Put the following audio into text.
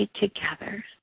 together